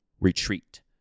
retreat